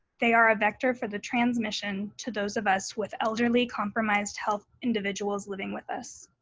they are a vector for the transmission to those of us with elderly, compromised health individuals living with us.